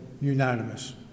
unanimous